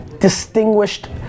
distinguished